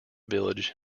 village